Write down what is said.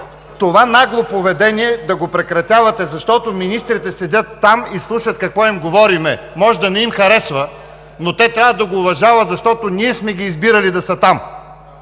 това нагло поведение да го прекратявате, защото министрите седят там и слушат какво им говорим! Може да не им харесва, но те трябва да го уважават, защото ние сме ги избирали да са там,